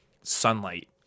sunlight